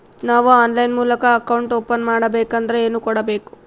ನಾವು ಆನ್ಲೈನ್ ಮೂಲಕ account open ಮಾಡಬೇಂಕದ್ರ ಏನು ಕೊಡಬೇಕು?